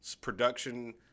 production